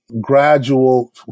gradual